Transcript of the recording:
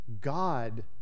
god